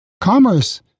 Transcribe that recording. Commerce